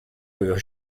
que